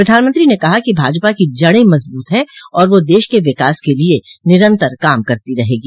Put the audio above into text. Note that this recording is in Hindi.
प्रधानमंत्री ने कहा कि भाजपा की जड़ें मजबूत हैं और वह देश के विकास के लिए निरन्तर काम करती रहेगी